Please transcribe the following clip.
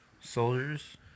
Soldiers